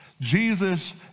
Jesus